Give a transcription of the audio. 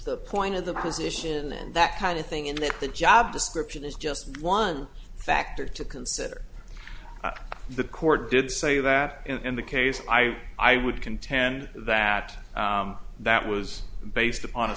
the point of the position and that kind of thing in that the job description is just one factor to consider the court did say that in the case i i would contend that that was based upon a